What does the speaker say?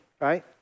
Right